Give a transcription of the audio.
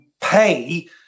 pay